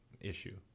issue